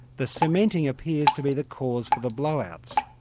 the cementing appears to be the cause for the blow-outs.